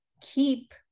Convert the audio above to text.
keep